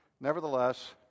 Nevertheless